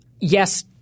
yes